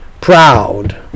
Proud